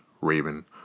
Raven